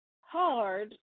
hard